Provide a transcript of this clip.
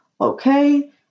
okay